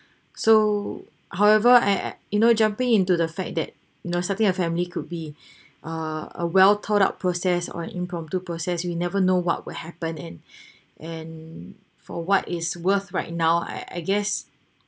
so however I I you know jumping into the fact that you know starting a family could be uh a well thought out process or an impromptu process we never know what will happen and and for what is worth right now I I guess